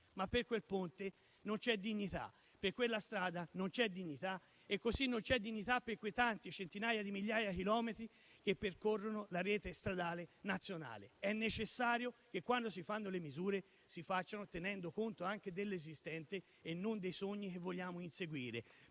Per quel ponte e per quella strada, però, non c'è dignità. Come non c'è dignità per quelle centinaia di migliaia di chilometri che percorrono la rete stradale nazionale. È necessario che, quando si varano le misure, lo si faccia tenendo conto anche dell'esistente e non dei sogni che vogliamo inseguire,